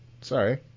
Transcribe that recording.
sorry